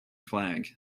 flag